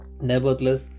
Nevertheless